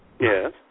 Yes